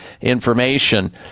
information